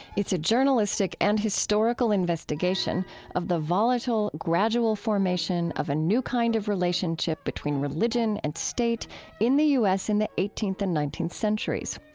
it's a journalistic and historical investigation of the volatile, gradual formation of a new kind of relationship between religion and state in the u s. in the eighteenth and nineteenth centuries.